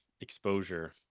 exposure